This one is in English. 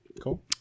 Cool